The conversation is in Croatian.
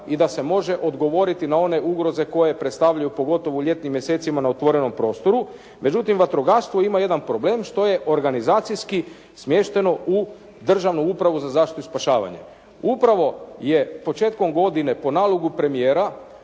i da se može odgovoriti na one ugroze koje predstavljaju, pogotovo u ljetnim mjesecima na otvorenom prostoru. Međutim, vatrogastvo ima jedan problem što je organizacijski smješteno u državnu upravu za zaštitu i spašavanje. Upravo je početkom godine po nalogu premijera